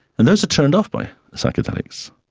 and those are turned off by psychedelics.